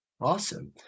Awesome